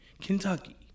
Kentucky